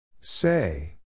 Say